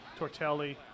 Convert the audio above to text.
Tortelli